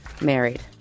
married